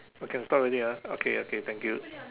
oh can stop already ah okay okay thank you